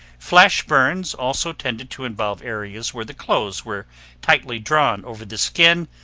flash burns also tended to involve areas where the clothes were tightly drawn over the skin,